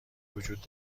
وجود